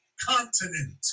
continent